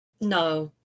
no